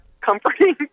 comforting